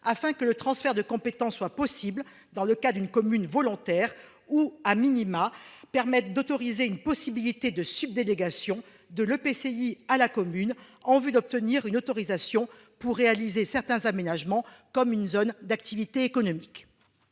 afin que le transfert de compétences soit possible dans le cas d'une commune volontaire ou a minima permettent d'autoriser une possibilité de sub-, délégation de l'EPCI à la commune en vue d'obtenir une autorisation pour réaliser certains aménagements comme une zone d'activité économique.